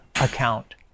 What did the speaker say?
account